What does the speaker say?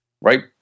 Right